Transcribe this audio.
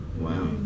Wow